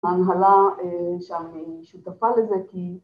‫הנהלה שאני שותפה לזה, ‫כי...